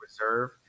Reserve